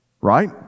Right